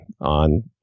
on